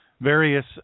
various